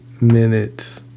minutes